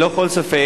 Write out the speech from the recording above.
ללא כל ספק,